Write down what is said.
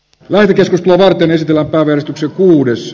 lääkitys voidaan esitellä neljällä vuodella